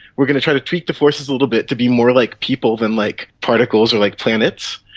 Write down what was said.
we are going to try to treat the forces a little bit to be more like people than like particles or like planets,